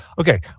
Okay